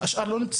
והשאר לא.